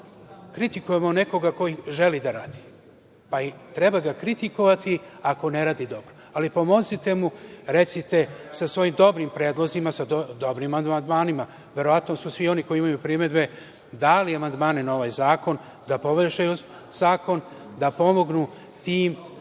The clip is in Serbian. kritikujemo nekog ko želi da radi, pa i treba ga kritikovati ako ne radi dobro, ali pomozite mu, recite sa svojim dobrim predlozima, sa dobrim amandmanima. Verovatno su svi oni koji imaju primedbe dali amandmane na ovaj zakon, da poboljšaju zakon, da pomognu tim